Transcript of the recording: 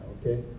Okay